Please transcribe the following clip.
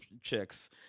chicks